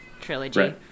trilogy